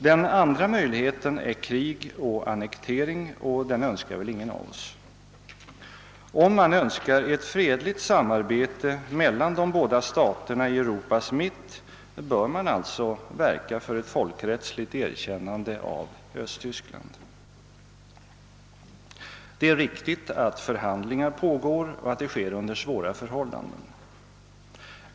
Den andra möjligheten är krig och annektering, och den önskar väl ingen av oss. Om man önskar ett fredligt samarbete mellan de båda staterna i Europas mitt, bör man alltså verka för ett folkrättsligt erkännande av Östtyskland. Det är riktigt att förhandlingar pågår och att det sker under svåra förhållanden.